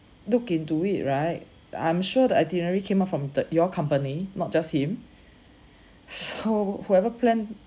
look into it right I'm sure the itinerary came up from the your company not just him so whoever plan